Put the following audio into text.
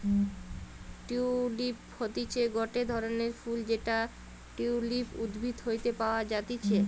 tulip হতিছে গটে ধরণের ফুল যেটা টিউলিপ উদ্ভিদ হইতে পাওয়া যাতিছে